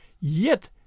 Yet